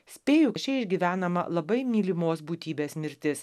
spėju išgyvenama labai mylimos būtybės mirtis